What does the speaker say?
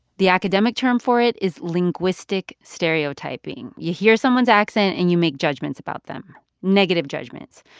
the academic term for it is linguistic stereotyping. you hear someone's accent, and you make judgments about them negative judgments.